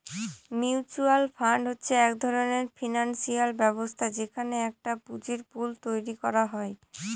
mutual fund হচ্ছে এক ধরনের ফিনান্সিয়াল ব্যবস্থা যেখানে একটা পুঁজির পুল তৈরী করা হয়